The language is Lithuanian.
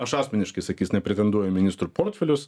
aš asmeniškai sakys nepretenduoju į ministrų portfelius